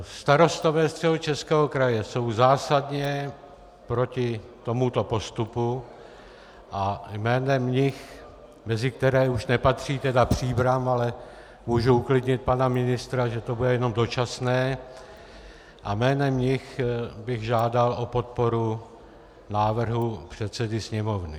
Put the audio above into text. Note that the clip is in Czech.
Starostové Středočeského kraje jsou zásadně proti tomuto postupu a jménem nich, mezi které už nepatří Příbram, ale můžu uklidnit pana ministra, že to bude jenom dočasné, a jménem nich bych žádal o podporu návrhu předsedy Sněmovny.